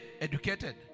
educated